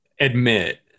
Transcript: admit